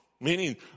meaning